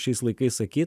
šiais laikais sakyt